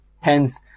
Hence